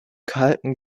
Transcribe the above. kalten